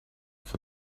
for